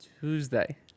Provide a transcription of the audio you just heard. Tuesday